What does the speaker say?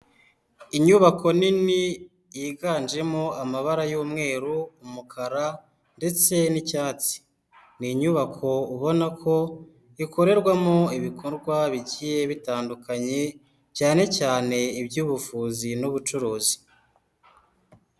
Inyubako nini yiganjemo amabara y'umweru, umukara ndetse n'icyatsi. Ni inyubako ubona ko ikorerwamo ibikorwa bigiye bitandukanye, cyane cyane iby'ubuvuzi n'ubucuruzi.